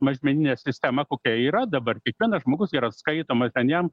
mažmeninę sistemą kokia yra dabar kiekvienas žmogus yra skaitoma ten jam